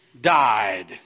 died